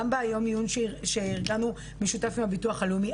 גם ביום עיון שארגנו משותף עם הביטוח לאומי,